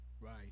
right